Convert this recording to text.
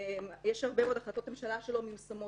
יש הרבה מאוד החלטות ממשלה שלא מיושמות.